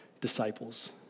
Disciples